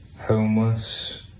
homeless